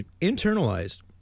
internalized